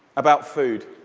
about food,